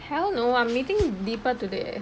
hell no I'm meeting deepa today